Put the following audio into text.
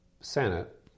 Senate